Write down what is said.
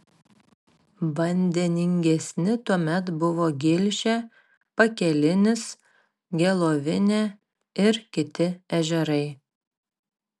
vandeningesni tuomet buvo gilšė pakelinis gelovinė ir kiti ežerai